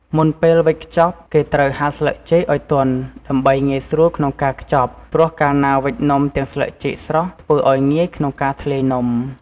មុនពេលវេចខ្ចប់ គេត្រូវហាលស្លឹកចេកឱ្យទន់ដើម្បីងាយស្រួលក្នុងការខ្ចប់ព្រោះកាលណាវេចនំទាំងស្លឹកចេកស្រស់ធ្វើឱ្យងាយក្នុងការធ្លាយនំ។